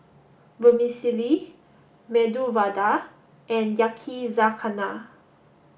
Vermicelli Medu Vada and Yakizakana